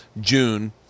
june